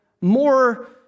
more